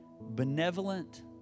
benevolent